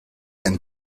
and